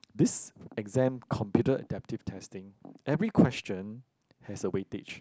this exam computer adaptive testing every question has a weightage